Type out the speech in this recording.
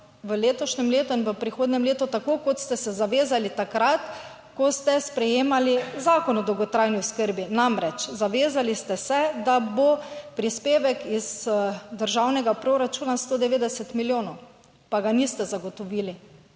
v letošnjem letu in v prihodnjem letu, tako kot ste se zavezali takrat, ko ste sprejemali Zakon o dolgotrajni oskrbi. Namreč, zavezali ste se, da bo prispevek iz državnega proračuna 190 milijonov, 86. TRAK: (NB)